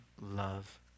love